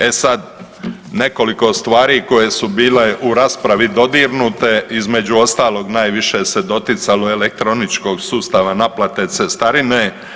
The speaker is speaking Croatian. E sad, nekoliko stvari koje su bile u raspravi dodirnute između ostalog najviše se doticalo elektroničkog sustava naplate cestarine.